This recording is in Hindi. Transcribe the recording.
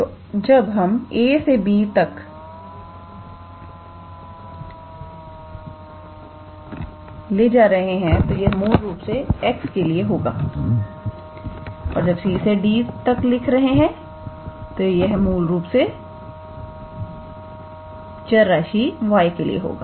तो जब हम a से b तक लिख रहे है तो यह मूल रूप से x के लिए होगा और जब c से d तक लिख रहे हैं तो यह मूल रूप से चर राशि y के लिए होगा